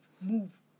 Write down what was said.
Move